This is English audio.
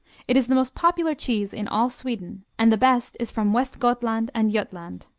it is the most popular cheese in all sweden and the best is from west gothland and jutland.